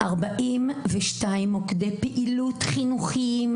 42 מוקדי פעילות חינוכיים,